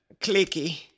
Clicky